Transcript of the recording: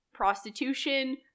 Prostitution